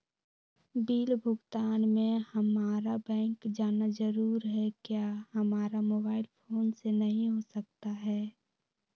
Bill भुगतान में हम्मारा बैंक जाना जरूर है क्या हमारा मोबाइल फोन से नहीं हो सकता है?